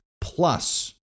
Plus